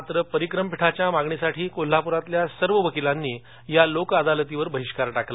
मात्र परिक्रम पिठाच्या मागणीसाठी कोल्हापूरातल्या सर्व वकिलांनी या लोकअदालतीवर बहिष्कार टाकला